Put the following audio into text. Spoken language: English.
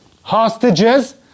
hostages